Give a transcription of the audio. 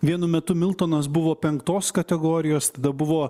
vienu metu miltonas buvo penktos kategorijos tada buvo